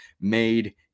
made